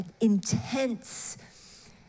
intense